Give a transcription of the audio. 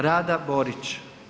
Rada Borić.